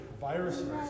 viruses